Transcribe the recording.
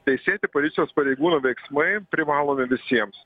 teisėti policijos pareigūnų veiksmai privalomi visiems